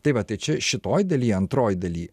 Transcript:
tai va tai čia šitoj dalyje antroj daly